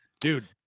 Dude